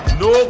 no